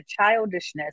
childishness